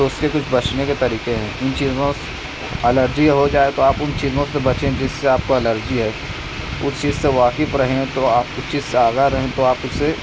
تو اس کے کچھ بچنے کے طریقے ہیں ان چیزوں الرجی ہو جائے تو آپ ان چیزوں سے بچیں جس سے آپ کو الرجی ہے اس چیز سے واقف رہیں تو آپ اس چیز سے آگاہ رہیں تو آپ اس سے